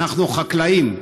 אנחנו חקלאים,